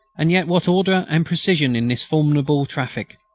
and yet what order and precision in this formidable traffic!